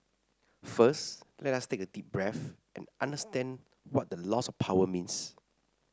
first let us take a deep breath and understand what the loss of power means